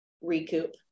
recoup